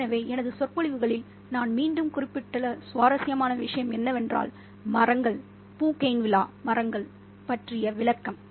எனவே எனது சொற்பொழிவுகளில் நான் மீண்டும் குறிப்பிட்டுள்ள சுவாரஸ்யமான விஷயம் என்னவென்றால் மரங்கள் பூகெய்ன்வில்லா மரங்கள் பற்றிய விளக்கம்